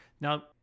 Now